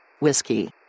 Whiskey